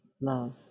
love